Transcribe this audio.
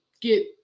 get